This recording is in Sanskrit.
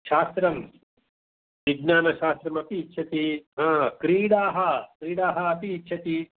शास्त्रं विज्ञानशास्त्रमपि इच्छति क्रीडाः क्रीडाः अपि इच्छति